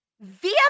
via